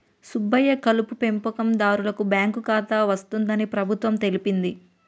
సుబ్బయ్య కలుపు పెంపకందారులకు బాంకు ఖాతా వస్తుందని ప్రభుత్వం తెలిపింది